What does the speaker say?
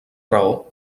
raó